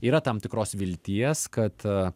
yra tam tikros vilties kad